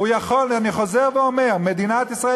אני חוזר ואומר: מדינת ישראל,